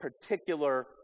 particular